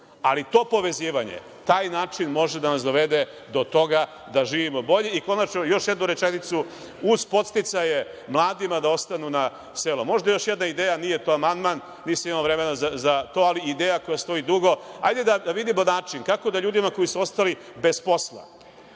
To povezivanje, taj način može da nas dovede do toga da živimo bolje. Konačno još jednu rečenicu, uz posticaje mladima da ostanu na selu. Možda još jedna ideja, nije to amandman, nisam imao vremena za to, ali ideja koja stoji dugo. Hajde da vidimo način kako da ljudima koji su ostali bez posla